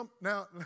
now